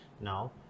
now